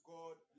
God